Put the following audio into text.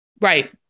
Right